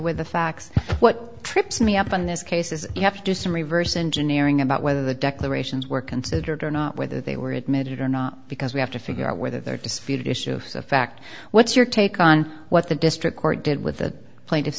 with the facts what tripped me up in this case is you have to do some reverse engineering about whether the declarations were considered or not whether they were admitted it or not because we have to figure out whether there disputed issue of fact what's your take on what the district court did with that plaintiff